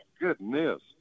Goodness